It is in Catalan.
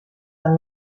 del